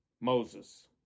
Moses